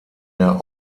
der